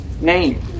name